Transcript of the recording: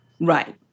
Right